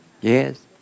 Yes